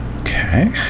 Okay